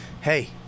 Hey